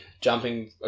jumping